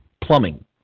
plumbing